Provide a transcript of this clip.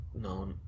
no